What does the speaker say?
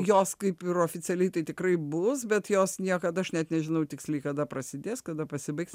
jos kaip ir oficialiai tai tikrai bus bet jos niekad aš net nežinau tiksliai kada prasidės kada pasibaigs